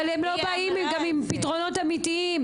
אבל הם לא באים גם עם פתרונות אמיתיים.